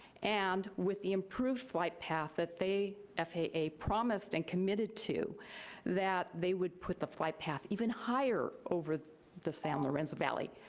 and with the improved flight path that they, ah faa, promised and committed to that they would put the flight path even higher over the san lorenzo valley,